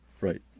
Right